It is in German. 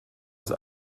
ist